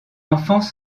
enfants